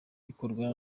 gikorwa